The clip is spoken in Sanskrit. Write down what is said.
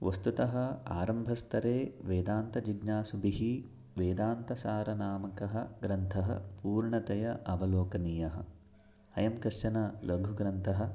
वस्तुतः आरम्भस्तरे वेदान्तजिज्ञासुभिः वेदान्तसारनामकः ग्रन्थः पूर्णतया अवलोकनीयः अयं कश्चन लघुग्रन्थः